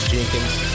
Jenkins